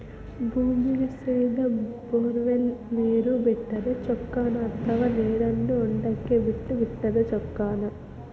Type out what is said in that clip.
ಭೂಮಿಗೆ ಸೇದಾ ಬೊರ್ವೆಲ್ ನೇರು ಬಿಟ್ಟರೆ ಚೊಕ್ಕನ ಅಥವಾ ನೇರನ್ನು ಹೊಂಡಕ್ಕೆ ಬಿಟ್ಟು ಬಿಟ್ಟರೆ ಚೊಕ್ಕನ?